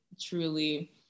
truly